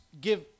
give